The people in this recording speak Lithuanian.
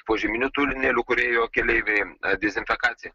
požeminių tunelių kur ėjo keleiviai dizenfekaciją